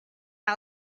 how